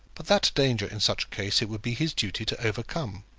but that danger in such case it would be his duty to overcome.